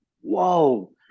whoa